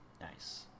Nice